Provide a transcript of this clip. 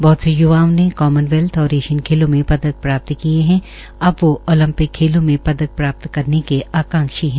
बहत से य्वाओं ने कामनवेल्थ और एशियन खेलों में पदक प्राप्त किए है और अब वो ओलपिक खेलों में पदक प्राप्त करने के आकांशी है